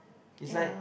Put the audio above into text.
is like